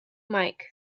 mike